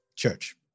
church